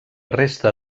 resta